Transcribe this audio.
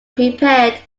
prepared